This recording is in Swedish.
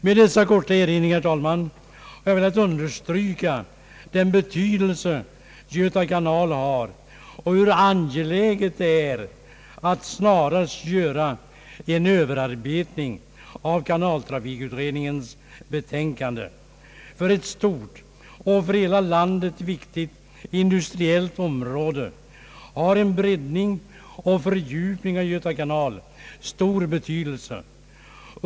Med dessa korta erinringar, herr talman, har jag velat understryka den betydelse Göta kanal har och bur angeläget det är att snarast göra en överarbetning av kanaltrafikutredningens betänkande. För ett stort och för hela lan det viktigt industriellt område har en breddning och fördjupning av Göta kanal stor betydelse.